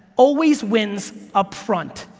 always wins up-front,